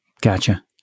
Gotcha